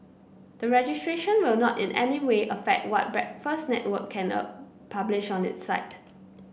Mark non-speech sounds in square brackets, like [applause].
the registration will not in any way affect what Breakfast Network can [unintelligible] publish on its site